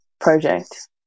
project